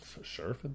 surfing